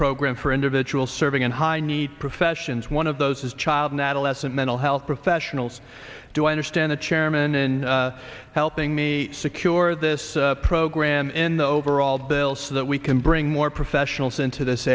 program for individuals serving in high need professions one of those is child and adolescent mental health professionals to understand the chairman in helping me secure this program in the overall bill so that we can bring more professionals into this